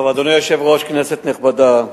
אדוני היושב-ראש, כנסת נכבדה,